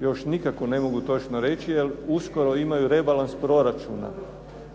još nikako ne mogu točno reći jer uskoro imaju rebalans proračuna,